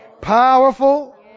powerful